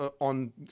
On